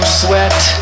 sweat